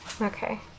Okay